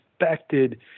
expected